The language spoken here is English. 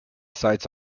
sights